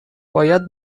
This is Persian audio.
باید